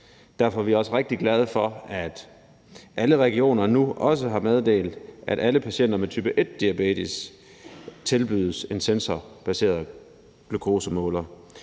Derfor er vi også rigtig glade for, at alle regioner nu også har meddelt, at alle patienter med type 1-diabetes tilbydes en sensorbaseret glukosemåler.